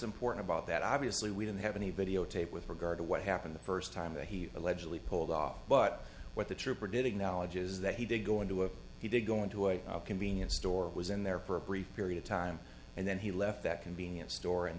important about that obviously we don't have any videotape with regard to what happened the first time that he allegedly pulled off but what the trooper did acknowledge is that he did go into a he did go into a convenience store was in there for a brief period of time and then he left that convenience store and